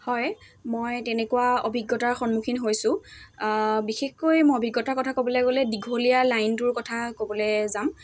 হয় মই তেনেকুৱা অভিজ্ঞতাৰ সন্মুখীন হৈছোঁ বিশেষকৈ মই অভিজ্ঞতাৰ কথা ক'বলৈ গ'লে দীঘলীয়া লাইনটোৰ কথা ক'বলৈ যাম